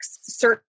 certain